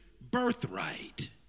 birthright